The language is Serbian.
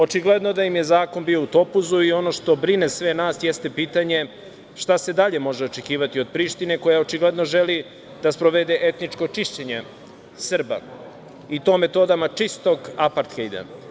Očigledno da im je zakon bio u topuzu i ono što brine sve nas, jeste pitanje - šta se dalje može očekivati o Prištine koja očigledno želi da sprovede etničko čišćenje Srba i to metodama čistog aparthejda?